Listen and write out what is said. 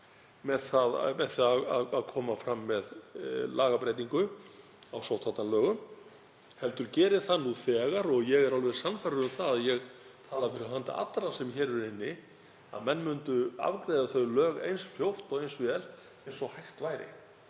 með það að koma fram með lagabreytingu á sóttvarnalögum heldur geri það nú þegar. Ég er alveg sannfærður um að ég tala fyrir hönd allra sem hér eru inni að menn myndu afgreiða þau lög eins fljótt og vel og hægt væri.